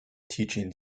teaching